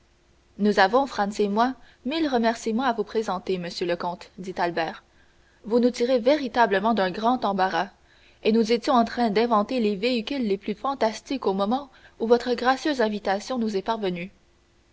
nous avons franz et moi mille remerciements à vous présenter monsieur le comte dit albert vous nous tirez véritablement d'un grand embarras et nous étions en train d'inventer les véhicules les plus fantastiques au moment où votre gracieuse invitation nous est parvenue